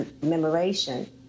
commemoration